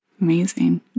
Amazing